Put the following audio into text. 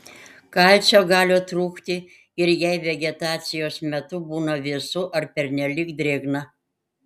kalcio gali trūkti ir jei vegetacijos metu būna vėsu ar pernelyg drėgna